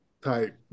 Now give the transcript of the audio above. type